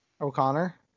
O'Connor